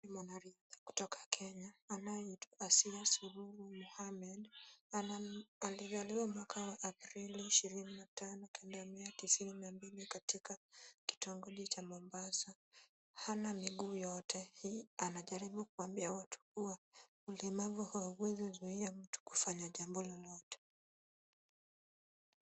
Mwanariadha kutoka Kenya anayeitwa Asiya Sururu Mohammed alizaliwa mwaka wa Aprili ishirini na tano kenda mia tisini na mbili katika kitongoji cha Mombasa. Hana miguu yote. Hii anajaribu kuambia watu kuwa ulemavu hauwezi zuia mtu kufanya jambo lolote.